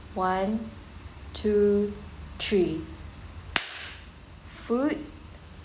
one two three food